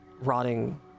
rotting